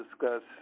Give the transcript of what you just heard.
discuss